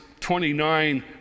29